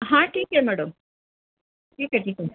हां ठीक आहे मॅडम ठीक आहे ठीक आहे